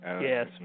Yes